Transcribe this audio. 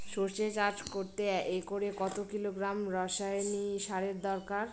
সরষে চাষ করতে একরে কত কিলোগ্রাম রাসায়নি সারের দরকার?